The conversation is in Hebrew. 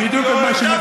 אתה לא מכובד.